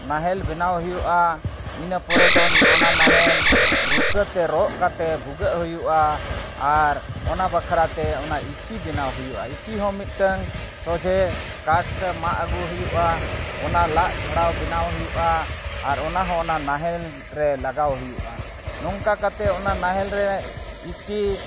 ᱱᱟᱦᱮᱞ ᱵᱮᱱᱟᱣ ᱦᱩᱭᱩᱜᱼᱟ ᱤᱱᱟᱹ ᱯᱚᱨᱮ ᱫᱚ ᱚᱱᱟ ᱱᱟᱦᱮᱞ ᱨᱩᱠᱟᱹᱛᱮ ᱨᱚᱜ ᱠᱟᱛᱮᱫ ᱵᱷᱩᱜᱟᱹᱜ ᱦᱩᱭᱩᱜᱼᱟ ᱟᱨ ᱚᱱᱟ ᱵᱟᱠᱷᱨᱟᱛᱮ ᱚᱱᱟ ᱤᱥᱤ ᱵᱮᱱᱟᱣ ᱦᱩᱭᱩᱜᱼᱟ ᱤᱥᱤᱱ ᱦᱚᱸ ᱢᱤᱫᱴᱮᱱ ᱥᱚᱡᱷᱮ ᱠᱟᱴ ᱢᱟᱜ ᱟᱹᱜᱩ ᱦᱩᱭᱩᱜᱼᱟ ᱚᱱᱟ ᱞᱟᱜ ᱡᱷᱟᱲᱟᱣ ᱵᱮᱱᱟᱣ ᱦᱩᱭᱩᱜᱼᱟ ᱟᱨ ᱚᱱᱟ ᱦᱚᱸ ᱚᱱᱟ ᱱᱟᱦᱮᱞ ᱨᱮ ᱞᱟᱜᱟᱣ ᱦᱩᱭᱩᱜᱼᱟ ᱱᱚᱝᱠᱟ ᱠᱟᱛᱮᱫ ᱚᱱᱟ ᱱᱟᱦᱮᱞ ᱨᱮ ᱤᱥᱤ